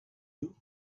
you